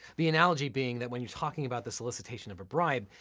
the analogy being that when you're talking about the solicitation of a bribe,